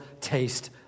taste